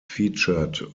featured